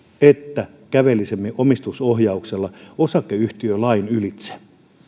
että kävelisimme omistusohjauksella osakeyhtiölain ylitse